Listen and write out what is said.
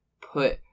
put